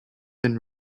been